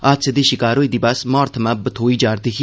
हादसे दी शिकार होई दी बस माहौर थमां बथोई जा'रदी ही